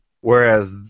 Whereas